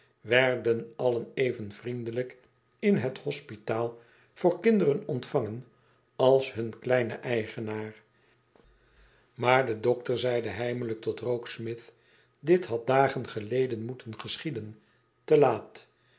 werden allen even vriendelijk in het hospitaal voor kinderen ontvangen als hun kleine eigenaar maar de dokter zeide heimelijk totrokesmith dit had dagen geleden moeten geschieden te laat